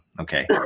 Okay